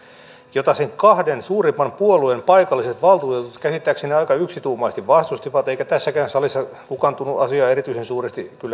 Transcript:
jota sen kahden suurimman puolueen paikalliset valtuutetut käsittääkseni aika yksituumaisesti vastustivat eikä tässäkään salissa kukaan tunnu asiaa erityisen suuresti